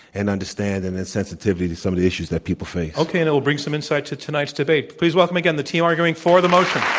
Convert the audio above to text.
and understanding, and sensitivity to some of the issues that people face. okay. and it will bring some insight to tonight's debate. please welcome again the team arguing for the motion.